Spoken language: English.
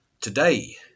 Today